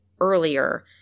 earlier